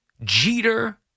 Jeter